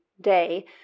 day